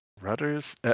rudders